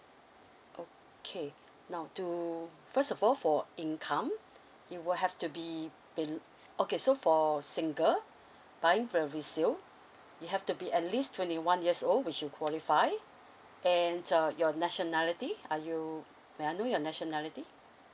okay now do first of all for income you will have to be bel~ okay so for single buying for a resale you have to be at least twenty one years old which you qualify and uh your nationality are you may I know your nationality